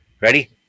Ready